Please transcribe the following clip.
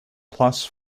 plus